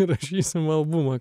įrašysim albumą